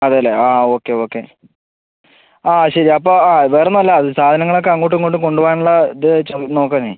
അതേപോലെ ആ okay okay ആ ശരി അപ്പം ആ വേറെ ഒന്നും അല്ല അത് സാധങ്ങൾ ഒക്കെ അങ്ങോട്ടും ഇങ്ങോട്ടും കൊണ്ട് പോകാനുള്ള ഇത് നോക്കാനെ